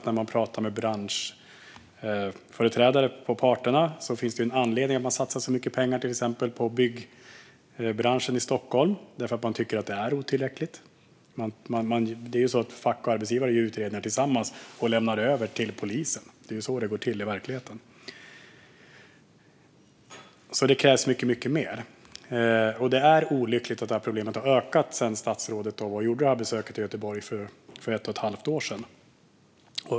När man pratar med branschföreträdare hos parterna säger de att det finns en anledning till att man satsar så mycket pengar på till exempel byggbranschen i Stockholm, och det är att man tycker att kontrollerna är otillräckliga. Fack och arbetsgivare gör ju utredningar tillsammans som de lämnar över till polisen. Det är så det går till i verkligheten. Det krävs alltså mycket mer. Det är olyckligt att problemet har ökat sedan statsrådet gjorde besöket i Göteborg för ett och ett halvt år sedan.